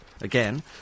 again